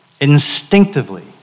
instinctively